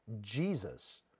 Jesus